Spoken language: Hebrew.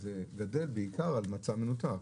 וזה בעיקר על מצע מנותק,